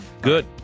Good